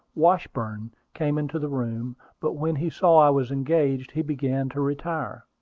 washburn came into the room but when he saw i was engaged, he began to retire.